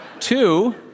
Two